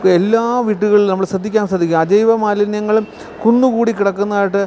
എല്ലാ വീട്ടുകളിലും നമ്മള് ശ്രദ്ധിക്കാം ശ്രദ്ധിക്കുക അജൈവമാലിന്യങ്ങളും കുന്നുകൂടി കിടക്കുന്നതായിട്ട്